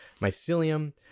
mycelium